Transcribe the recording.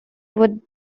would